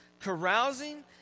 carousing